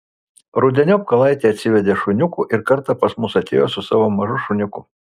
rudeniop kalaitė atsivedė šuniukų ir kartą pas mus atėjo su savo mažu šuniuku